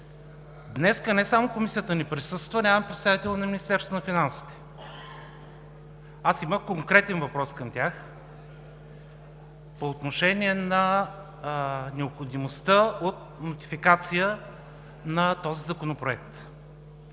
Днес не само че Комисията не присъства, но няма представител и на Министерството на финансите. Аз имах конкретен въпрос към тях по отношение на необходимостта от нотификация на този законопроект.